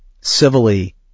civilly